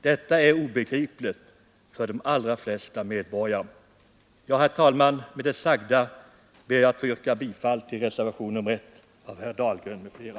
Detta är obegripligt för de allra flesta medborgare. Herr talman! Med det sagda ber jag att få yrka bifall till reservationen 1 av herr Dahlgren m.fl.